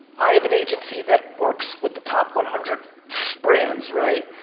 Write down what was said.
i have an agency that works with the top one hundred brands, right?